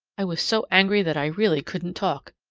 i was so angry that i really couldn't talk.